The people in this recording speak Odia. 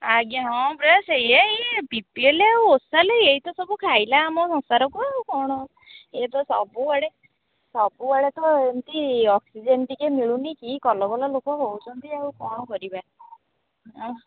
ଆଜ୍ଞା ହଁ ଭାଇ ସେ ବିପିଏଲ୍ ଆଉ ଏଇ ତ ସବୁ ଖାଇଲା ଆମ ସଂସାରକୁ ଆଉ କ'ଣ ଇଏ ତ ସବୁଆଡ଼େ ସବୁଆଡ଼େ ତ ଏମିତି ଅକ୍ସିଜେନ୍ ଟିକେ ମିଳୁନି କି କଲ କଲ ଲୋକ ହେଉଛନ୍ତି ଆଉ କ'ଣ କରିବା